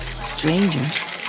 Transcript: Strangers